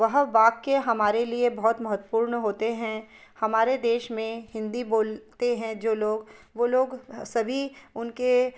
वह वाक्य हमारे लिए बहुत महत्वपूर्ण होते हैं हमारे देश में हिंदी बोलते हैं जो लोग वो लोग सभी उनके